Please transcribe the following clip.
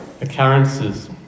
occurrences